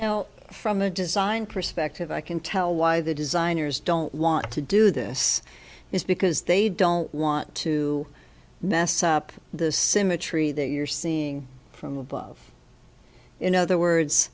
now from a design perspective i can tell why the designers don't want to do this is because they don't want to mess up the symmetry that you're seeing from above in other words